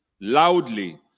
loudly